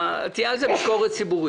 ועל כך שתהיה על זה ביקורת ציבורית.